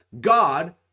God